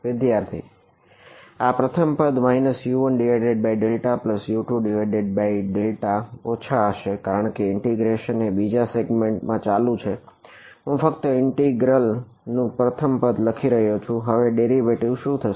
વિદ્યાર્થી આ પ્રથમ પદ U1ΔU2Δ ઓછા હશે કારણ કે ઇન્ટિગ્રેશન શું થશે